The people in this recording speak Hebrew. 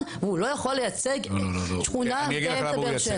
והוא לא יכול לייצג שכונה באמצע באר שבע.